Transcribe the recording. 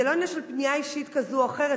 זה לא עניין של פנייה אישית כזאת או אחרת.